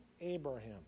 Abraham